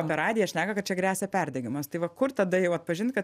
per radiją šneka kad čia gresia perdegimas tai va kur tada jau atpažint kad